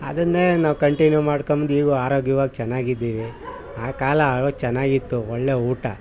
ಅದನ್ನೇ ನಾವು ಕಂಟಿನ್ಯೂ ಮಾಡ್ಕಂಬಂದು ಈಗಲೂ ಆರೋಗ್ಯವಾಗಿ ಚೆನ್ನಾಗಿದ್ದೀವಿ ಆ ಕಾಲ ಆವಾಗ ಚೆನ್ನಾಗಿತ್ತು ಒಳ್ಳೆಯ ಊಟ